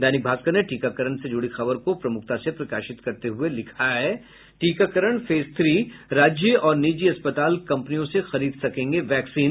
दैनिक भास्कर ने टीकाकरण से जुड़ी खबर को प्रमुखता से प्रकाशित करते हुए लिखा है टीकाकरण फेज थ्री राज्य और निजी अस्पताल कंपनियों से खरीद सकेंगे वैक्सीन